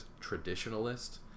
traditionalist